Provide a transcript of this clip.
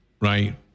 Right